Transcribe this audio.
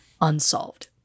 unsolved